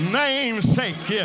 namesake